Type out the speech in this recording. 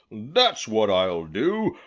that's what i'll do.